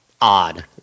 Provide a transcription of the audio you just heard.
odd